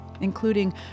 including